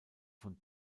von